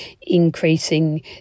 increasing